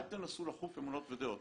אל תנסו לכוף אמונות ודעות.